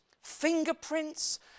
fingerprints